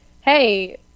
Hey